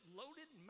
loaded